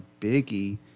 biggie